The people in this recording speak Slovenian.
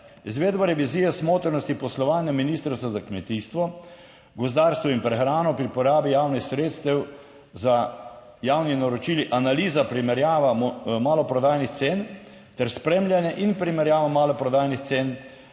Izvedba revizije smotrnosti poslovanja Ministrstva za kmetijstvo, gozdarstvo in prehrano pri porabi javnih sredstev za javni naročili, analiza primerjava maloprodajnih cen ter spremljanje in primerjava maloprodajnih cen